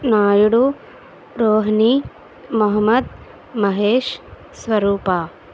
Naidu Rohini Mohammed Mahesh Swaroopa